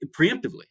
preemptively